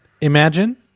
imagine